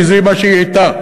כי זה מה שהיא הייתה.